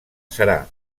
serà